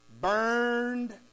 burned